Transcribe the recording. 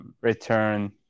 return